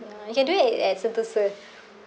uh you can do it at at sentosa